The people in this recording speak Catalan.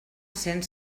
cent